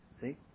See